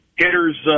hitters